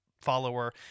follower